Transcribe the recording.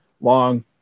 long